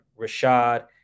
Rashad